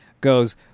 goes